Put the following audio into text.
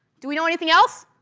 do we know anything else?